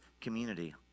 community